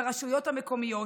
ברשויות המקומיות,